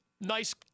nice